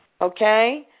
Okay